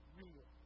real